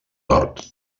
nord